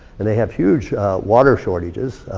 and they have huge water shortages.